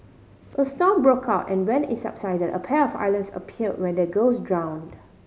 a storm broke out and when it subsided a pair of islands appear where the girls drowned